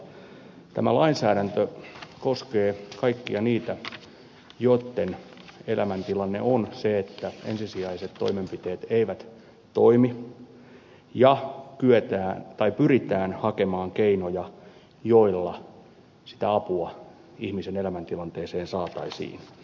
mutta tämä lainsäädäntö koskee kaikkia niitä joitten elämäntilanne on se että ensisijaiset toimenpiteet eivät toimi ja pyritään hakemaan keinoja joilla sitä apua ihmisen elämäntilanteeseen saataisiin